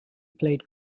played